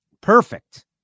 perfect